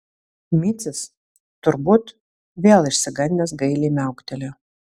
micius turbūt vėl išsigandęs gailiai miauktelėjo